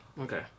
okay